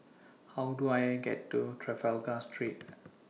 How Do I get to Trafalgar Street